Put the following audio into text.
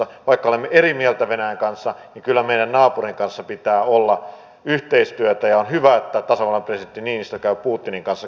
vaikka olemme eri mieltä venäjän kanssa niin kyllä meidän naapurimme kanssa pitää olla yhteistyötä ja on hyvä että tasavallan presidentti niinistö käy putinin kanssa keskustelua